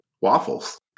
waffles